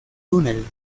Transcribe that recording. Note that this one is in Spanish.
túnel